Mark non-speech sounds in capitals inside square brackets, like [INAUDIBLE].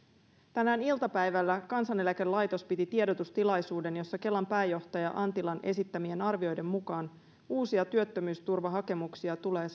tänään iltapäivällä kansaneläkelaitos piti tiedotustilaisuuden jossa kelan pääjohtaja antilan esittämien arvioiden mukaan uusia työttömyysturvahakemuksia tulee [UNINTELLIGIBLE]